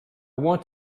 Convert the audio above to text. want